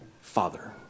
Father